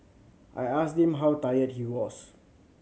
I asked him how tired he was